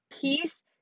peace